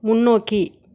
முன்னோக்கி